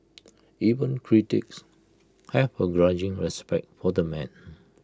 even critics have A grudging respect for the man